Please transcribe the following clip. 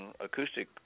acoustic